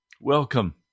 Welcome